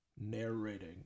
narrating